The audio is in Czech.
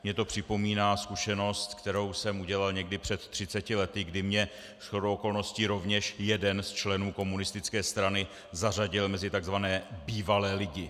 Mně to připomíná zkušenost, kterou jsem udělal někdy před 30 lety, kdy mě shodou okolností rovněž jeden z členů komunistické strany zařadil mezi takzvané bývalé lidi.